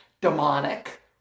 demonic